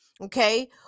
okay